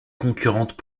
concurrentes